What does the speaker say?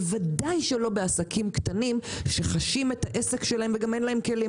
בוודאי שלא אצל עסקים קטנים שחשים את העסק שלהם וגם אין להם כלים,